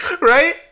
Right